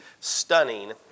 stunning